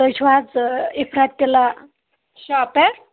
تُہۍ چھُو حظ عفرت تِلا شاپ پٮ۪ٹھ